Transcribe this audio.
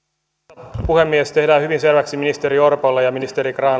arvoisa puhemies tehdään hyvin selväksi ministeri orpolle ja ministeri grahn